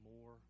more